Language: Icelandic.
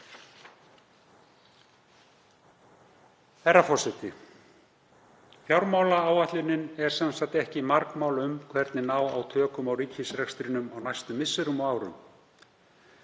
Herra forseti. Fjármálaáætlunin er sem sagt ekki margmál um hvernig ná á tökum á ríkisrekstrinum á næstu misserum og árum.